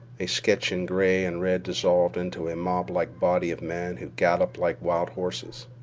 a sketch in gray and red dissolved into a moblike body of men who galloped like wild horses.